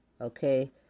Okay